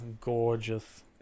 gorgeous